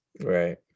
right